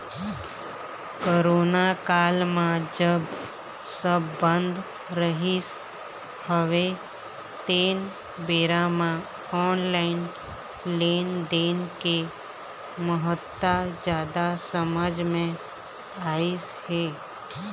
corona काल म जब सब बंद रहिस हवय तेन बेरा म ऑनलाइन लेनदेन के महत्ता जादा समझ मे अइस हे